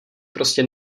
prostě